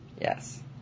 Yes